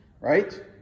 Right